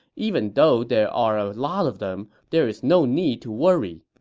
even though there are a lot of them, there is no need to worry.